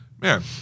man